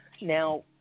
Now